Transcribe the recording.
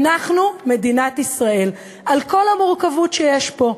אנחנו מדינת ישראל על כל המורכבות שיש פה.